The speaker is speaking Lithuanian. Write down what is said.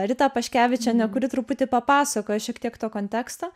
ritą paškevičienę kuri truputį papasakojo šiek tiek to konteksto